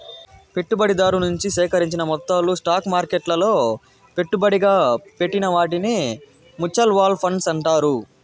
పెట్టుబడిదారు నుంచి సేకరించిన మొత్తాలు స్టాక్ మార్కెట్లలో పెట్టుబడిగా పెట్టిన వాటిని మూచువాల్ ఫండ్స్ అంటారు